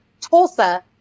Tulsa